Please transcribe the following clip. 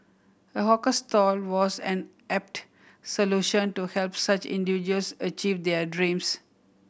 a hawker stall was an apt solution to help such individuals achieve their dreams